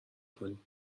کنی